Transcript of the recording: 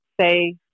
say